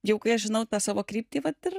jau kai aš žinau tą savo kryptį vat ir